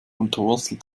unterwurzelt